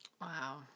Wow